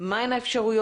מה הן האפשרויות,